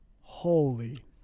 Holy